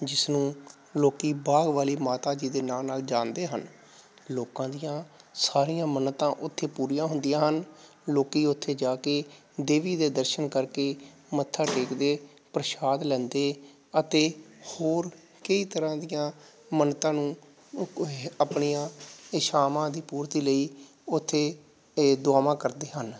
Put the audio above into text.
ਜਿਸ ਨੂੰ ਲੋਕ ਬਾਗ ਵਾਲੀ ਮਾਤਾ ਜੀ ਦੇ ਨਾਮ ਨਾਲ ਜਾਣਦੇ ਹਨ ਲੋਕਾਂ ਦੀਆਂ ਸਾਰੀਆਂ ਮੰਨਤਾਂ ਉੱਥੇ ਪੂਰੀਆਂ ਹੁੰਦੀਆਂ ਹਨ ਲੋਕ ਉੱਥੇ ਜਾ ਕੇ ਦੇਵੀ ਦੇ ਦਰਸ਼ਨ ਕਰਕੇ ਮੱਥਾ ਟੇਕਦੇ ਪ੍ਰਸ਼ਾਦ ਲੈਂਦੇ ਅਤੇ ਹੋਰ ਕਈ ਤਰ੍ਹਾਂ ਦੀਆਂ ਮੰਨਤਾਂ ਨੂੰ ਕੋਈ ਆਪਣੀਆਂ ਇੱਛਾਵਾਂ ਦੀ ਪੂਰਤੀ ਲਈ ਉੱਥੇ ਇਹ ਦੁਆਵਾਂ ਕਰਦੇ ਹਨ